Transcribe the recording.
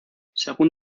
según